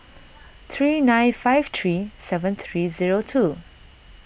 three nine five three seven three zero two